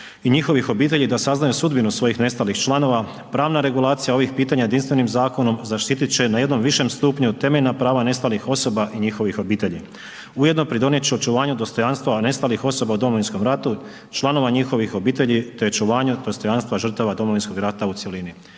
i njihovih obitelji da saznaju sudbinu svojih nestalih članova, pravna regulacija ovih pitanja jedinstvenim zakonom zaštiti će na jednom više stupnju temeljna prava nestalih osoba i njihovih obitelji. Ujedno pridonijet će očuvanju dostojanstva nestalih osoba u Domovinskom ratu, članova njihovih obitelji te očuvanju dostojanstva žrtava Domovinskog rata u cjelini.